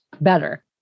better